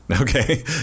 Okay